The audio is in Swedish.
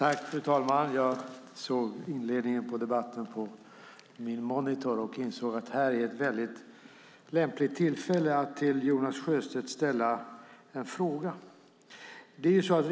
Fru talman! Jag såg inledningen av debatten på min monitor och insåg att detta var ett lämpligt tillfälle att ställa en fråga till Jonas Sjöstedt.